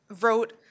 wrote